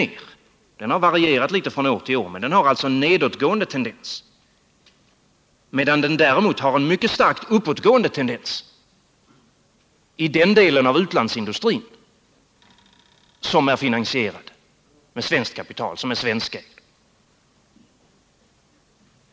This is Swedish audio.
Sysselsättningen har varierat litet från år till år men visar alltså en nedåtgående tendens, medan den däremot visar en mycket starkt uppåtgående tendens i den del av utlandsindustrin som är finansierad med svenskt kapital, dvs. är svenskägd.